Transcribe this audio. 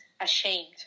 ashamed